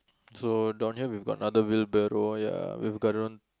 so down here we've got another wheelbarrow ya we've gotten